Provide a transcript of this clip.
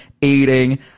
eating